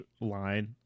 line